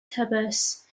thebes